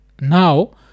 now